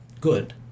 good